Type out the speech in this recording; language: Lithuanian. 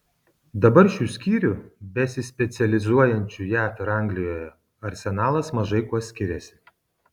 dabar šių skyrių besispecializuojančių jav ir anglijoje arsenalas mažai kuo skiriasi